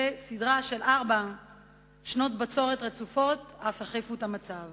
וסדרה של ארבע שנות בצורת רצופות אף החמירה את המצב.